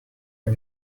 her